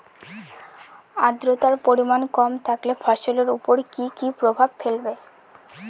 আদ্রর্তার পরিমান কম থাকলে ফসলের উপর কি কি প্রভাব ফেলবে?